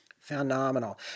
phenomenal